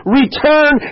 return